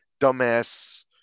dumbass